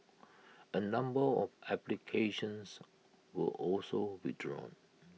A number of applications were also withdrawn